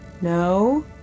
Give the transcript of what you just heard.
No